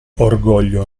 orgoglio